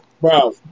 bro